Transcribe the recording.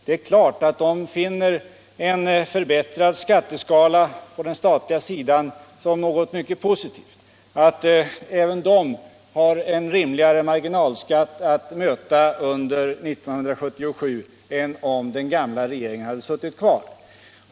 Det är klart att de människorna finner en förbättrad skatteskala på den statliga sidan mycket positiv och att även de har en rimligare marginalskatt att möta under 1977 än om den gamla regeringen suttit kvar.